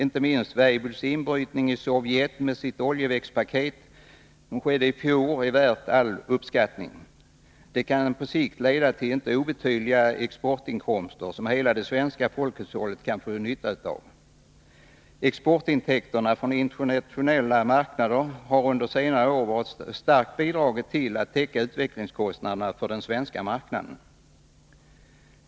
Inte minst Weibulls inbrytning i Sovjet med sitt oljeväxtpaket — det skedde i fjol — är värd all uppskattning. Det kan på sikt leda till inte obetydliga exportinkomster som hela det svenska folkhushållet kan få nytta av. Exportintäkterna från internationella marknader har under senare år starkt bidragit till att täcka utvecklingskostnaderna för den svenska marknaden.